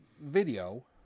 video